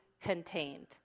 contained